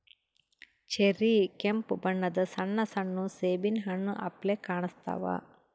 cherry ಕೆಂಪ್ ಬಣ್ಣದ್ ಸಣ್ಣ ಸಣ್ಣು ಸೇಬಿನ್ ಹಣ್ಣ್ ಅಪ್ಲೆ ಕಾಣಸ್ತಾವ್